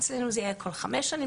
אצלנו זה יהיה כל חמש שנים,